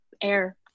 air